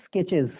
Sketches